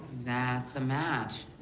that's a match.